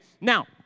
Now